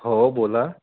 हो बोला